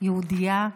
יהודייה,